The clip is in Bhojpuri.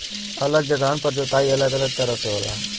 अलग जगहन पर जोताई अलग अलग तरह से होला